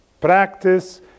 practice